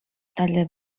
talde